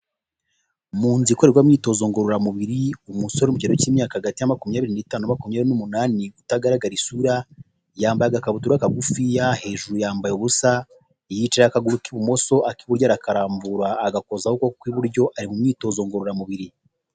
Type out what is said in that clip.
Mu nzu ikorerwa imyitozo ngororamubiri umusore uri mu kigero cy'imyaka hagati y'imyaka makumyabiri n'itanu na makumyabiri n'umunani utagaragara isura yambaye agakabutura kagufi ya hejuru yambaye ubusa, yicaye akaguru k'ibumoso arakarambura agakozaho ukuboko kw'iburyo ari mu myitozo ngororamubiri.